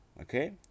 okay